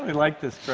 and like this